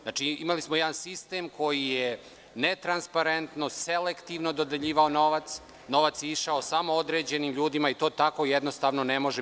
Znači, imali smo jedan sistem koji je netransparentno, selektivno dodeljivao novac, koji je išao samo određenim ljudima, i to tako jednostavno ne može.